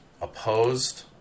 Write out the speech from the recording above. opposed